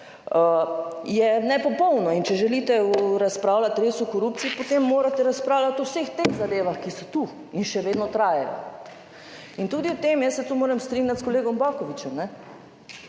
je nepopolno. In če želite razpravljati res o korupciji, potem morate razpravljati o vseh teh zadevah, ki so tu in še vedno trajajo. In tudi o tem, jaz se tu moram strinjati s kolegom Bakovićem,